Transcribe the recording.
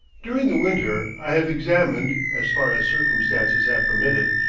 during the winter i have examined, as far as circumstances have permitted,